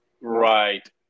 Right